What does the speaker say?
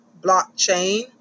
blockchain